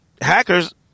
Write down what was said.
hackers